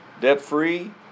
Debt-free